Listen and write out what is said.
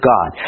God